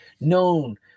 known